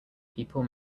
people